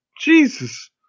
Jesus